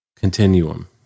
Continuum